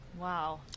Wow